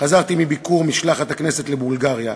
חזרתי מביקור משלחת הכנסת בבולגריה.